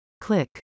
Click